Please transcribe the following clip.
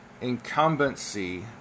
incumbency